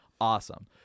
Awesome